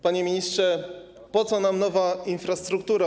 Panie ministrze, po co nam nowa infrastruktura?